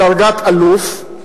בדרגת אלוף,